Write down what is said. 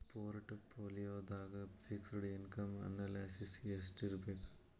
ಪೊರ್ಟ್ ಪೋಲಿಯೊದಾಗ fixed income analysis ಯೆಸ್ಟಿರ್ಬಕ್?